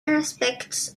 aspects